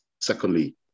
secondly